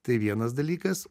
tai vienas dalykas